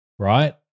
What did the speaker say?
Right